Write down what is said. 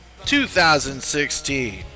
2016